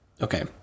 okay